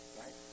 right